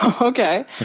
Okay